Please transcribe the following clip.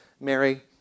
Mary